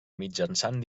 mitjançant